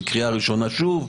בקריאה ראשונה שוב,